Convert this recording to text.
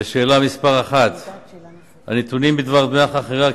1. הנתונים בדבר דמי החכירה,